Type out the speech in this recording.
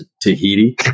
Tahiti